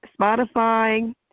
Spotify